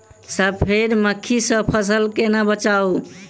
सफेद मक्खी सँ फसल केना बचाऊ?